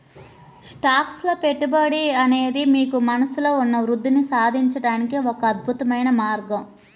stocks లో పెట్టుబడి పెట్టడం అనేది మీకు మనస్సులో ఉన్న వృద్ధిని సాధించడానికి ఒక అద్భుతమైన మార్గం